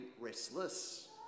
restless